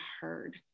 heard